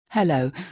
Hello